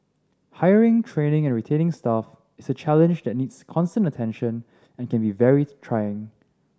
hiring training and retaining staff is a challenge that needs constant attention and can be very trying